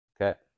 okay